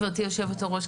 גברתי היושבת-ראש,